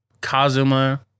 Kazuma